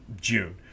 June